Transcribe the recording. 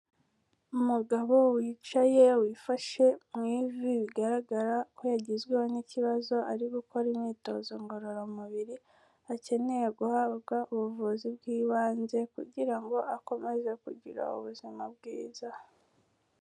Umugabo wicaye, wifashe mu ivi, bigaragara ko yagizweho n'ikibazo ari gukora imyitozo ngororamubiri, akeneye guhabwa ubuvuzi bw'ibanze kugira ngo akomeze kugira ubuzima bwiza.